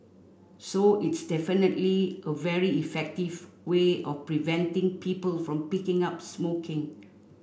so it's definitely a very effective way of preventing people from picking up smoking